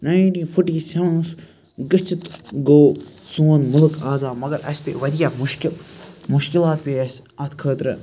nineteen forty سٮ۪ونَس گٔژھِتھ گوٚو سون مُلک آزاد مَگَر اَسہِ پے واریاہ مُشکل مُشکلات پے اَسہِ اتھ خٲطرٕ